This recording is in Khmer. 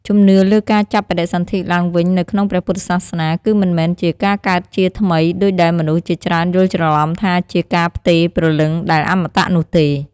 ជំនឿលើការចាប់បដិសន្ធិឡើងវិញនៅក្នុងព្រះពុទ្ធសាសនា គឺមិនមែនជា "ការកើតជាថ្មី" ដូចដែលមនុស្សជាច្រើនយល់ច្រឡំថាជាការផ្ទេរ "ព្រលឹង" ដែលអមតៈនោះទេ។